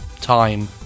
time